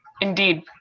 Indeed